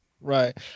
Right